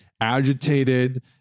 agitated